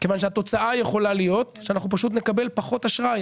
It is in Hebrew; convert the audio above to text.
כיוון שהתוצאה יכולה להיות שאנחנו פשוט נקבל פחות אשראי.